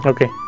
Okay